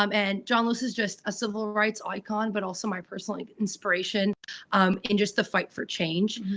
um and john lewis is just a civil rights icon, but also my personal inspiration in just the fight for change,